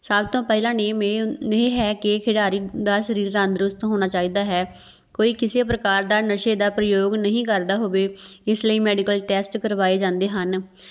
ਸਭ ਤੋਂ ਪਹਿਲਾਂ ਨਿਯਮ ਏ ਇਹ ਹੈ ਕਿ ਖਿਡਾਰੀ ਦਾ ਸਰੀਰ ਤੰਦਰੁਸਤ ਹੋਣਾ ਚਾਹੀਦਾ ਹੈ ਕੋਈ ਕਿਸੇ ਪ੍ਰਕਾਰ ਦਾ ਨਸ਼ੇ ਦਾ ਪ੍ਰਯੋਗ ਨਹੀਂ ਕਰਦਾ ਹੋਵੇ ਇਸ ਲਈ ਮੈਡੀਕਲ ਟੈਸਟ ਕਰਵਾਏ ਜਾਂਦੇ ਹਨ